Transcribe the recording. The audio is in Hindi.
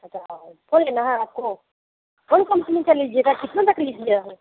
अच्छा फ़ोन लेना है आपको कौन कम्पनी का लीजिएगा कितने तक लीजिएगा